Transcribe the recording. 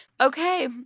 Okay